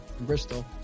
Bristol